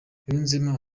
yunzemo